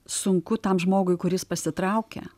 sunku tam žmogui kuris pasitraukia